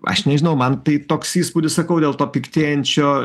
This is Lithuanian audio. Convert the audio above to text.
aš nežinau man tai toks įspūdis sakau dėl to piktėjančio